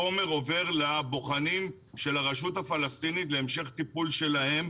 החומר עובר לבוחנים של הרשות הפלסטינית להמשך טיפול שלהם,